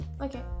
Okay